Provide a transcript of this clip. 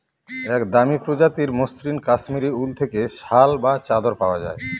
এক দামি প্রজাতির মসৃন কাশ্মীরি উল থেকে শাল বা চাদর পাওয়া যায়